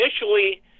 Initially